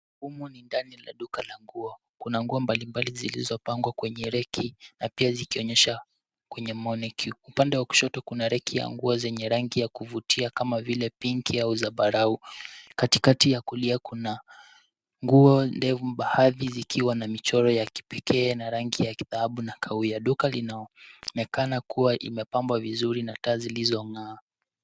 Humu ni ndani la duka la nguo, kuna nguo mbali mbali zilizopangwa kwenye reki, na pia zikionyesha kwenye mannequin . Upande wa kushoto kuna reki ya nguo zenye rangi ya kuvutia, kama vile pinki au zambarau. Katikati ya kulia kuna nguo ndefu baadhi zikiwa na michoro ya kipekee na rangi ya dhahabu na kahawia . Duka linaonekana kua imepambwa vizuri na taa zilizong'aa.